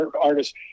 artists